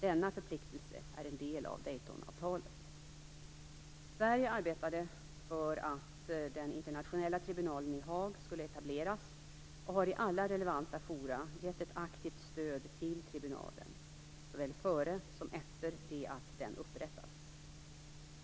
Denna förpliktelse är en del av Daytonavtalet. Sverige arbetade för att den internationella tribunalen i Haag skulle etableras och har i alla relevanta forum gett ett aktivt stöd till tribunalen - såväl före som efter det att den upprättats.